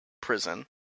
Prison